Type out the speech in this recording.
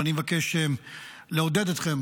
ואני מבקש לעודד אתכם,